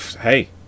hey